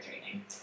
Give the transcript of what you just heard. training